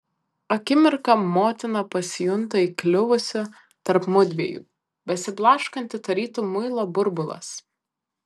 akimirką motina pasijunta įkliuvusi tarp mudviejų besiblaškanti tarytum muilo burbulas